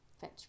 Fetch